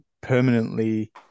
permanently